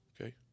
okay